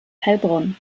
heilbronn